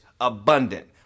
abundant